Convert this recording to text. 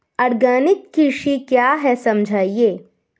Organic कृषि क्या है समझाइए?